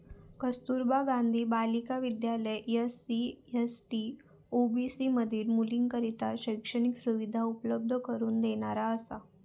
कस्तुरबा गांधी बालिका विद्यालय SC, ST, OBC मधील मुलींकरता शैक्षणिक सुविधा उपलब्ध करून देणारा असा